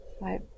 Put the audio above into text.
right